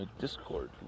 Discord